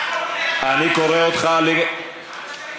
על כל השקרים שלך, אני קורא אותך, על השקרים שלו.